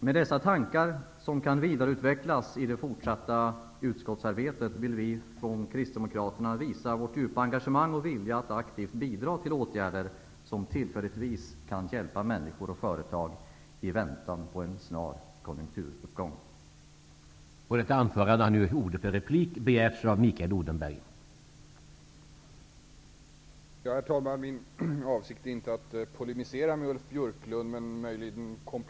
Med dessa tankar, som kan vidareutvecklas i det fortsatta utskottsarbetet, vill vi i Kristdemokraterna visa vårt djupa engagemang och vår vilja att aktivt bidra till åtgärder som tillfälligtvis, i väntan på en snar konjunkturuppgång, kan hjälpa människor och företag.